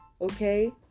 Okay